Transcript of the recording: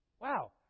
Wow